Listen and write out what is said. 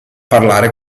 parlare